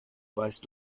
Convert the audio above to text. weißt